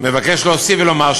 מבקש להוסיף ולומר,